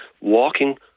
walking